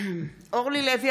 אורלי לוי